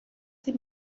sie